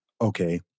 okay